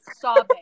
sobbing